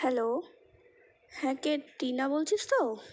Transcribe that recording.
hello হ্যাঁ কে Tina বলছিস তো